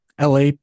la